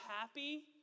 happy